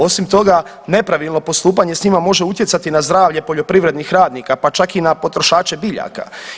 Osim toga, nepravilno postupanje sa njima može utjecati na zdravlje poljoprivrednih radnika, pa čak i na potrošače biljaka.